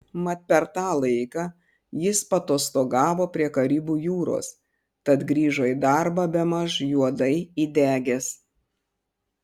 mat per tą laiką jis paatostogavo prie karibų jūros tad grįžo į darbą bemaž juodai įdegęs